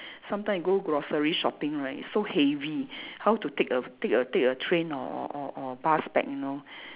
sometimes you go grocery shopping right it's so heavy how to take a take a take a train or or or or bus back you know